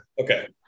Okay